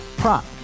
Prop